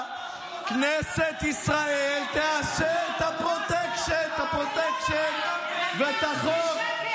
שעה כנסת ישראל תאשר את הפרוטקשן ואת החוק,